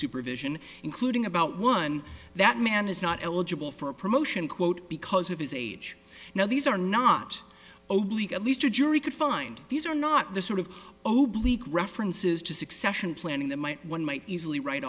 supervision including about one that man is not eligible for a promotion quote because of his age now these are not a leak at least a jury could find these are not the sort of obey leak references to succession planning that might one might easily wri